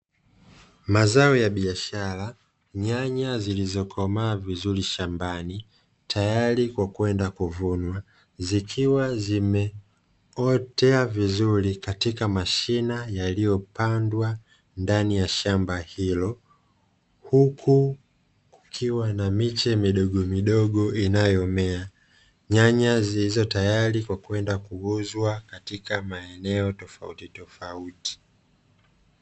Mazao ya biashara, nyanya zilizokomaa vizuri shambani tayari kwa kwenda kuvunwa zikiwa zimeotea vizuri katika mashina yaliyopandwa ndani ya shamba hilo. Huku kukiwa na miche midogomidogo inayomea, nyanya zilizo tayari kwa kwenda kuuzwa katika maeneo tofautitofauti.